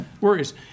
worries